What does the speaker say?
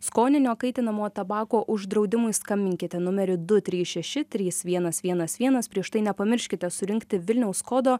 skoninio kaitinamo tabako uždraudimui skambinkite numeriu du trys šeši trys vienas vienas vienas prieš tai nepamirškite surinkti vilniaus kodo